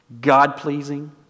God-pleasing